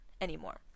anymore